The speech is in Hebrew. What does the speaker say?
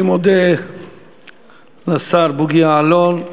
אני מודה לשר בוגי יעלון.